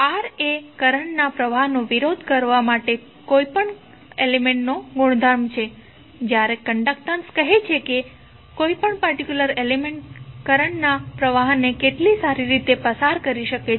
R એ current ના પ્રવાહનો વિરોધ કરવા માટે કોઈપણ એલિમેન્ટ્નો ગુણધર્મ છે જ્યારે કન્ડકટન્સ કહે છે કે કોઈ પર્ટિક્યુલર એલિમેન્ટ્ કરંટ ના પ્રવાહને કેટલી સારી રીતે પસાર કરી શકે છે